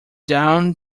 down